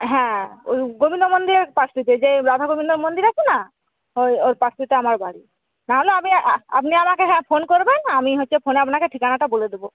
হ্যাঁ ওই গোবিন্দ মন্দিরের পাশেরটা যে রাধাগোবিন্দের মন্দির আছে না ওর পাশেরটা আমার বাড়ি নাহলে আমি আপনি আমাকে হ্যাঁ ফোন করবেন আমি হচ্ছে ফোনে আপনাকে ঠিকানাটা বলে দেব